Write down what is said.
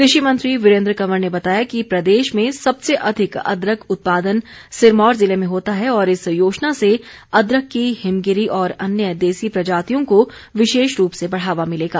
कृषि मंत्री वीरेन्द्र कंवर ने बताया कि प्रदेश में सबसे अधिक अदरक उत्पादन सिरमौर जिले में होता है और इस योजना से अदरक की हिमगिरी और अन्य देसी प्रजातियों को विशेष रूप से बढ़ावा मिलेगा